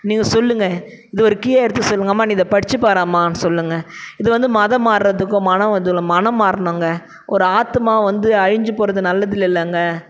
நீங்கள் சொல்லுங்க இது ஒரு கீயாக எடுத்து சொல்லுங்க அம்மா நீ இதை படிச்சுப் பார்றாம்மானு சொல்லுங்க இது வந்து மதம் மாறுவதுக்கும் மனம் வந்துடும் மனம் மாறணுங்க ஒரு ஆத்மா வந்து அழிஞ்சி போவது நல்லது இல்லை இல்லைங்க